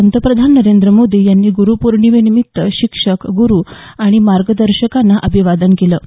पंतप्रधान नरेंद्र मोदी यांनी गुरु पौर्णिमेनिमित्त शिक्षक गुरु आणि मार्गदर्शकांना अभिवादन केलं आहे